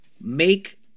make